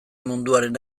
munduaren